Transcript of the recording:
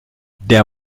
der